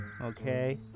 okay